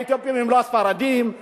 האתיופים הם לא ספרדים,